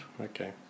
Okay